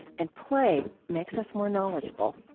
and play makes us more knowledgeable.